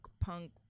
punk